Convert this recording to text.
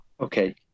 okay